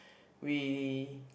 we